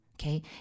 Okay